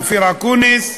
אופיר אקוניס,